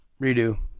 Redo